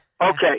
Okay